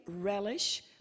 relish